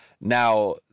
Now